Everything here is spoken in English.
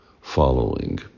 following